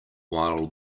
while